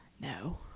No